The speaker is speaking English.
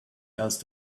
else